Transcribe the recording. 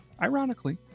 ironically